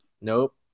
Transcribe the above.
nope